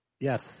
Yes